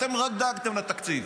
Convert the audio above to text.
אתם דאגתם רק לתקציב,